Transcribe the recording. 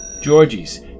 Georgie's